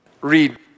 read